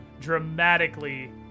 dramatically